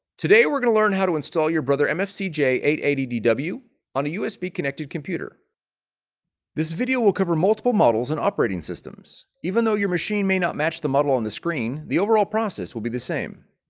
today we're going to learn how to install your brother and mfc j eight eight zero d w on a usb connected computer this video will cover multiple models and operating systems even though your machine may not match the model on the screen the overall process will be the same